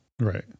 Right